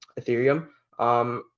Ethereum